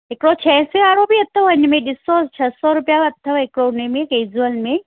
हिकिड़ो छह सै वारो बि अथव हिन में ॾिसो छह सौ रुपिया अथव हिकिड़ो उनमें कैजुअल में